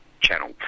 channel